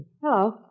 Hello